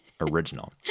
original